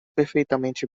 perfeitamente